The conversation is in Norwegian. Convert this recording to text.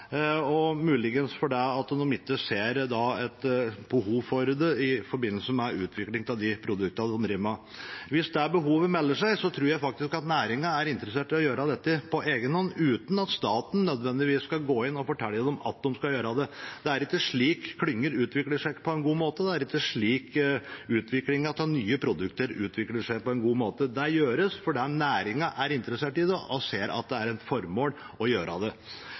det i forbindelse med utviklingen av de produktene de driver med. Hvis det behovet melder seg, tror jeg faktisk næringen er interessert i å gjøre dette på egen hånd, uten at staten nødvendigvis skal gå inn og fortelle dem at de skal gjøre det. Det er ikke slik klynger utvikler seg på en god måte. Det er ikke slik nye produkter utvikler seg på en god måte. Det gjøres fordi næringen er interessert i det og ser formålet med å gjøre det. Derfor blir forslaget for meg litt rart, at vi skal prøve å påskynde det på en eller annen måte. Å påskynde en naturlig prosess og utvikling i en næring – det